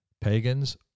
Pagans